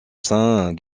saint